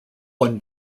one